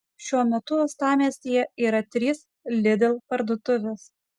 šiuo metu uostamiestyje yra trys lidl parduotuvės